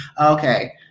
Okay